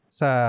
sa